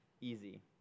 easy